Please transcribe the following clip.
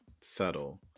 subtle